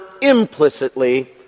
implicitly